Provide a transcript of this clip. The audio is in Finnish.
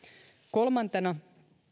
kolmantena